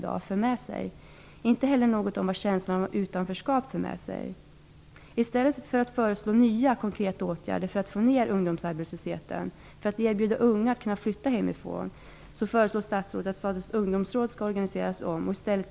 Det skrivs inte heller något om vad känslan av utanförskap för med sig. I stället för att föreslå nya konkreta åtgärder för att få ned ungdomsarbetslösheten och för att erbjuda unga möjlighet att flytta hemifrån föreslår statsrådet att